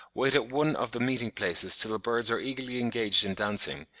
wait at one of the meeting-places till the birds are eagerly engaged in dancing,